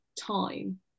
time